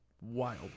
wild